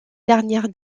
dernière